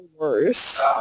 worse